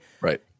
Right